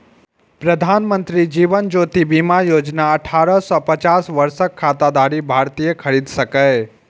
प्रधानमंत्री जीवन ज्योति बीमा योजना अठारह सं पचास वर्षक खाताधारी भारतीय खरीद सकैए